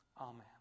Amen